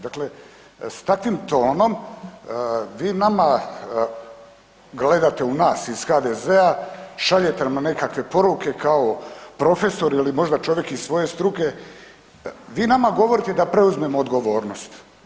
Dakle, s takvim tonom vi nama gledate u nas iz HDZ-a, šaljete nam nekakve poruke, kao profesor ili možda čovjek iz svoje struke, vi nama govorite da preuzmemo odgovornost.